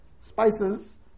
spices